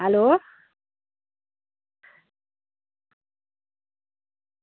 hello